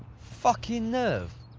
fuckin' nerve.